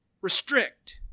restrict